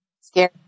scary